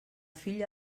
fill